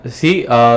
see